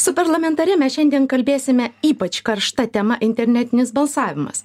su parlamentare mes šiandien kalbėsime ypač karšta tema internetinis balsavimas